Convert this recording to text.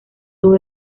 todo